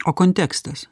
o kontekstas